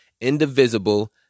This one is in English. indivisible